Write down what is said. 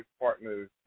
partners